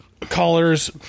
callers